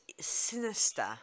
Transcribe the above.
sinister